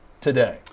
today